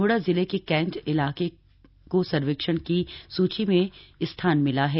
अल्मोड़ा जिले के कैंट शहर को सर्वेक्षण की सूची में स्थान मिला है